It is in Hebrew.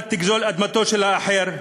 אל תגזול אדמתו של האחר.